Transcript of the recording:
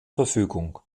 verfügung